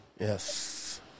Yes